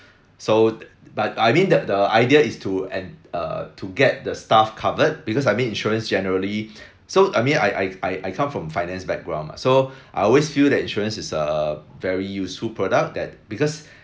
so but I mean the the idea is to en~ uh to get the staff covered because I mean insurance generally so I mean I I I I come from finance background mah so I always feel that insurance is a very useful product that because